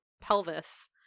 pelvis